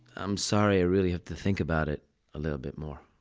i'm sorry i really have to think about it a little bit more.